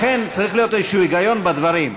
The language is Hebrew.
לכן, צריך להיות איזה היגיון בדברים.